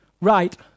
right